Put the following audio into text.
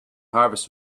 harvest